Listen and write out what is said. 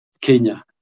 Kenya